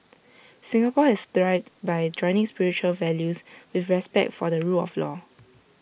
Singapore has thrived by joining spiritual values with respect for the rule of law